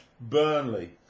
Burnley